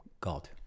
God